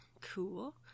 cool